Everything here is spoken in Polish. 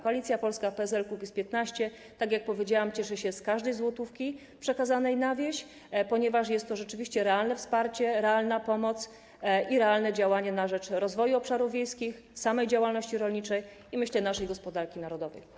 Koalicja Polska - PSL - Kukiz15, tak jak powiedziałam, cieszy się z każdej złotówki przekazanej na wieś, ponieważ jest to rzeczywiście realne wsparcie, realna pomoc i realne działanie na rzecz rozwoju obszarów wiejskich, samej działalności rolniczej i, myślę, naszej gospodarki narodowej.